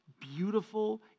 beautiful